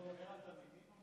תלמידים או,